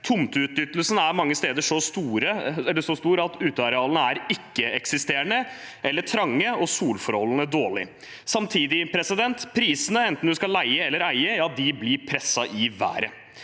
Tomteutnyttelsen er mange steder så stor at utearealene er ikke-eksisterende eller trange og solforholdene dårlige. Samtidig blir prisene, enten du skal leie eller eie, presset i været.